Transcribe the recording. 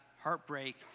heartbreak